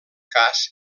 cas